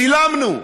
צילמנו,